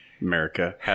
America